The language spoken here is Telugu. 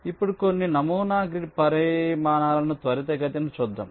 ఇప్పుడు కొన్ని నమూనా గ్రిడ్ పరిమాణాలను త్వరితగతిని చూద్దాం